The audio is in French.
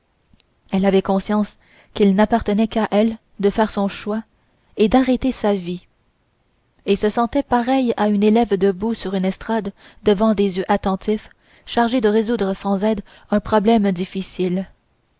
elle avait conscience qu'il n'appartenait qu'à elle de faire son choix et d'arrêter sa vie et se sentait pareille à une élève debout sur une estrade devant des yeux attentifs chargée de résoudre sans aide un problème difficile